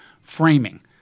framing